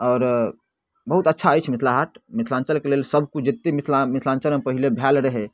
आओर बहुत अच्छा अछि मिथिला हाट मिथिलाञ्चलके लेल सबकिछु जते मिथिला मिथिलाञ्चलमे पहिले भऽ आयल रहै